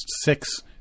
six